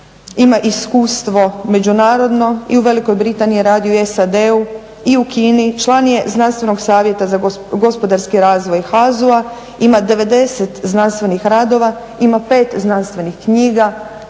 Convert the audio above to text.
ima iskustvo međunarodno i u Velikoj Britaniji je radio i u SAD-u i u Kini. Član je znanstvenog savjeta za gospodarski razvoj HAZU-a, ima 90 znanstvenih radova, ima 5 znanstvenih knjiga.